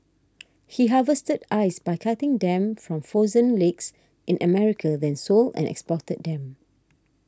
he harvested ice by cutting them from frozen lakes in America then sold and exported them